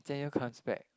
Jian-You comes back